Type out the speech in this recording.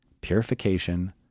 purification